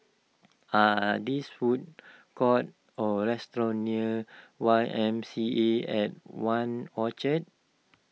are there food courts or restaurants near Y M C A at one Orchard